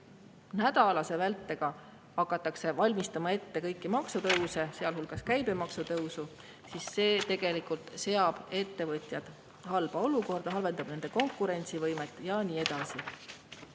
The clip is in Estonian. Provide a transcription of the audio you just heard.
nädala pärast hakatakse valmistama ette kõiki maksutõuse, sealhulgas käibemaksutõusu, siis see tegelikult seab ettevõtjad halba olukorda, halvendab nende konkurentsivõimet ja nii edasi.